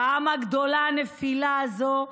כמה גדולה נפילה זו,